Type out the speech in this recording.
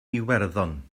iwerddon